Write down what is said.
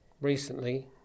recently